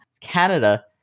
Canada